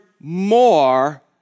more